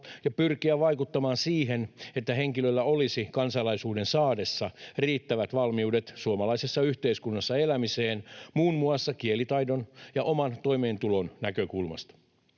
ja pyrkiä vaikuttamaan siihen, että henkilöllä olisi kansalaisuuden saadessaan riittävät valmiudet suomalaisessa yhteiskunnassa elämiseen muun muassa kielitaidon ja oman toimeentulon näkökulmasta.